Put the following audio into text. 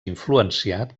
influenciat